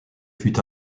fut